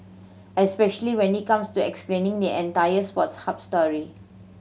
especially when it comes to explaining the entire Sports Hub story